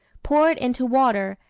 pour it into water,